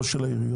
לא של העיריות?